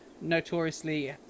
notoriously